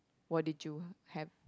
what did you have